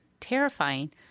terrifying